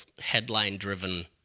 headline-driven